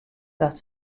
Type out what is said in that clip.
dat